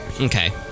Okay